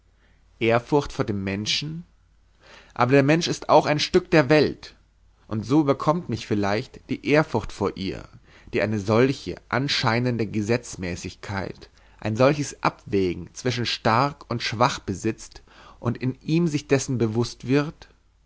ehrfurcht vor dem menschen aber der mensch ist auch ein stück der welt und so überkommt mich vielleicht die ehrfurcht vor ihr die eine solche anscheinende gesetzmäßigkeit ein solches abwägen zwischen stark und schwach besitzt und in ihm sich dessen bewußt wird